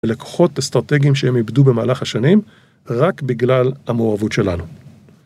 ולקוחות אסטרטגיים שהם איבדו במהלך השנים רק בגלל המוערבות שלנו.